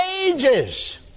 ages